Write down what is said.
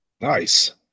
nice